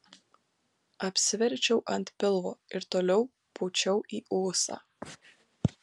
apsiverčiau ant pilvo ir toliau pūčiau į ūsą